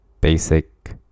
Basic